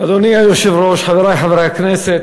אדוני היושב-ראש, חברי חברי הכנסת,